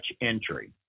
entry